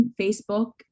Facebook